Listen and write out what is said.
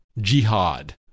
jihad